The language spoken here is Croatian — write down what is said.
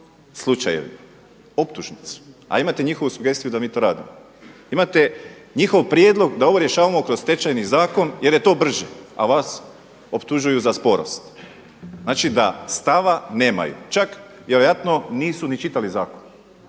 slučajevima, optužnicu a imate njihovu sugestiju da mi to radimo. Imate njihov prijedlog da ovo rješavamo kroz Stečajni zakon jer je to brže, a vas optužuju za sporost. Znači da stava nemaju. Čak vjerojatno nisu ni čitali zakon